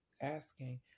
asking